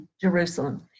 Jerusalem